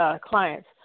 clients